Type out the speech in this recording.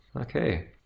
okay